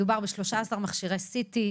מדובר על 13 מכשירי CT,